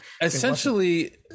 essentially